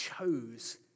chose